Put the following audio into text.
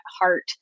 heart